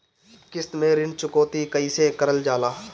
किश्त में ऋण चुकौती कईसे करल जाला?